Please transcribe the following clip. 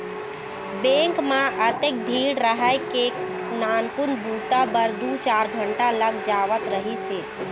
bank म अतेक भीड़ रहय के नानकुन बूता बर दू चार घंटा लग जावत रहिस हे